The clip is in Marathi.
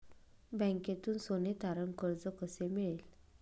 बँकेतून सोने तारण कर्ज कसे मिळेल?